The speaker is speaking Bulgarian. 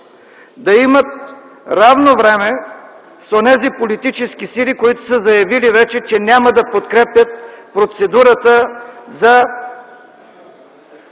да имат равно време с онези политически сили, които са заявили вече, че няма да подкрепят процедурата за